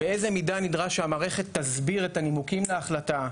באיזו מידה נדרש שהמערכת תסביר את הנימוקים להחלטה?